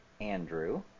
Andrew